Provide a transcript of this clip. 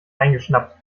eingeschnappt